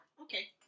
Okay